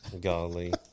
Golly